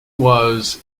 was